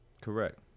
Correct